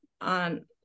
on